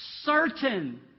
certain